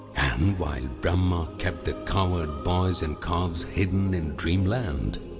and while brahma kept the cowherd boys and calves hidden in dreamland